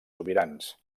sobirans